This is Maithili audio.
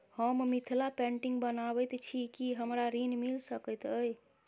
हम मिथिला पेंटिग बनाबैत छी की हमरा ऋण मिल सकैत अई?